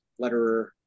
letterer